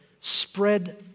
spread